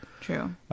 True